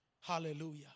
Hallelujah